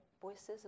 voices